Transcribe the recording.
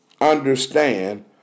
understand